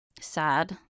sad